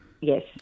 Yes